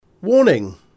Warning